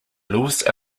lewis